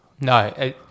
No